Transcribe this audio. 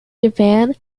japan